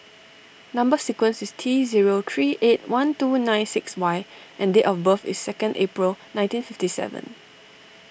Number Sequence is T zero three eight one two nine six Y and date of birth is second April nineteen fifty seven